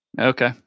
Okay